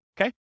Okay